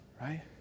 right